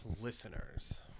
listeners